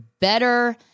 better